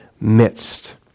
midst